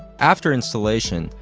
after installation,